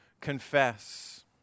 confess